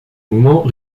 mouvement